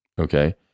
Okay